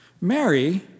mary